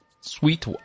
sweet